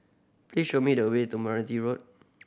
please show me the way to Meranti Road